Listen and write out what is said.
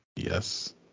Yes